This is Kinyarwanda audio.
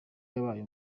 yabaye